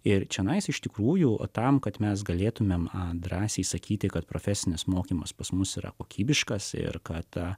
ir čionai iš tikrųjų tam kad mes galėtumėm a drąsiai sakyti kad profesinis mokymas pas mus yra kokybiškas ir kada